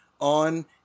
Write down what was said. on